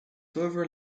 further